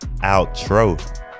Outro